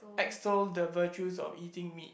extol the virtues of eating meat